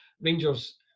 Rangers